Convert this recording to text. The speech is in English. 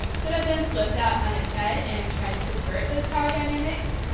some of them flip that on its head and try to subvert those power dynamics,